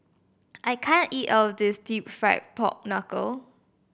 I can't eat all of this Deep Fried Pork Knuckle